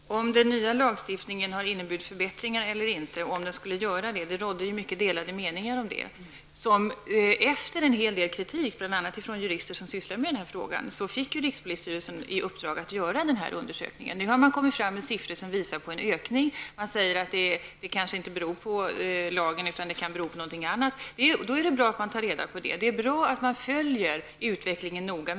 Herr talman! Om den nya lagstiftningen skulle innebära förbättringar eller inte rådde det mycket delade meningar om. Efter en hel del kritik, bl.a. från jurister som sysslar med den här frågan, fick rikspolisstyrelsen i uppdrag att göra denna undersökning. Nu har man redovisat siffror som visar på en ökning. Man säger att det kanske inte beror på lagen, utan det kan bero på något annat. Då är det bra att ta reda på hur det förhåller sig. Det är bra att man följer utvecklingen noga.